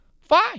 Fine